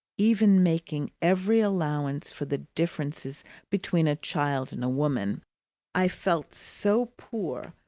even making every allowance for the differences between a child and a woman i felt so poor,